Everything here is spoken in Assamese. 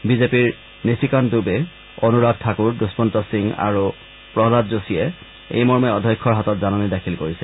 বিজেপিৰ নিশিকান্ত দুবে অনুৰাগ ঠাকুৰ দুম্মন্ত সিং আৰু প্ৰহ্মাদ যোশীয়ে এইমৰ্মে অধ্যক্ষৰ হাতত জাননী দাখিল কৰিছে